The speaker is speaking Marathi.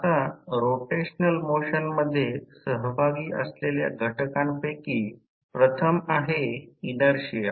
आता रोटेशनल मोशन मध्ये सहभागी असलेल्या घटकांपैकी प्रथम आहे इनर्शिया